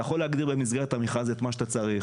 יכול להגדיר במסגרת המכרז את מה שאתה צריך,